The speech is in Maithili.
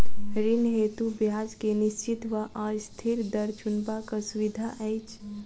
ऋण हेतु ब्याज केँ निश्चित वा अस्थिर दर चुनबाक सुविधा अछि